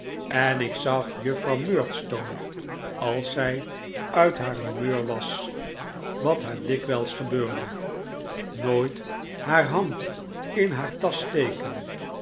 en ik zag juffrouw murdstone als zij uit haar humeur was wat haar dikwfjls gebeurde nooit haar hand in haar tasch steken